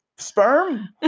Sperm